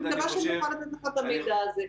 אני מקווה שאוכל לתת לך את המידע הזה.